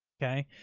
okay.